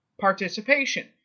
participation